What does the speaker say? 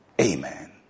amen